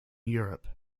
europe